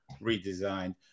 redesigned